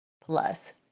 plus